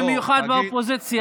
במיוחד באופוזיציה,